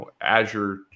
Azure